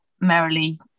merrily